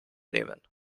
nehmen